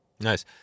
Nice